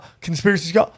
Conspiracy